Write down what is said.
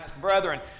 Brethren